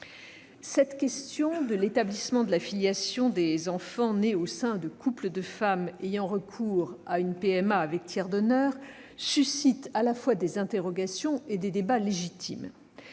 Cette question de l'établissement de la filiation des enfants nés au sein de couples de femmes ayant recours à une PMA avec tiers donneur suscite à la fois des interrogations et des débats légitimes.